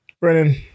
Brennan